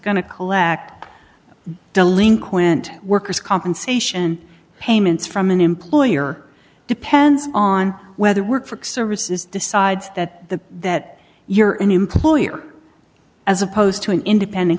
going to collect delinquent workers compensation payments from an employer depends on whether work for services decides that the that you're an employer as opposed to an independent